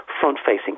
front-facing